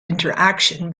interactions